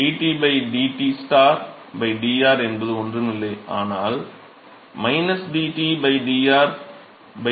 dT dT dr என்பது ஒன்றும் இல்லை ஆனால் dT dr Ts Tm ஆகும்